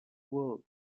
wool